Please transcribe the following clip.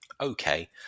okay